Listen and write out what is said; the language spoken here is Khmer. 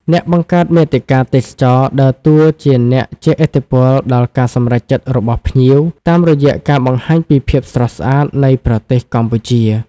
អ្នកបង្កើតមាតិកាទេសចរណ៍ ដើរតួជាអ្នកជះឥទ្ធិពលដល់ការសម្រេចចិត្តរបស់ភ្ញៀវ តាមរយៈការបង្ហាញពីភាពស្រស់ស្អាតនៃប្រទេសកម្ពុជា។